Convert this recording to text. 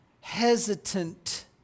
hesitant